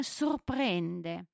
sorprende